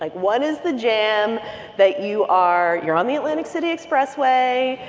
like what is the jam that you are you're on the atlantic city expressway.